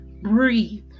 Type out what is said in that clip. breathe